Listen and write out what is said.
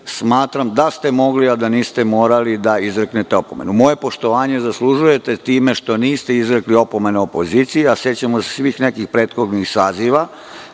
smatram da ste mogli, a da niste morali da izreknete opomenu. Moje poštovanje zaslužujete time što niste izrekli opomenu opoziciji, a sećamo se svih nekih prethodnih saziva,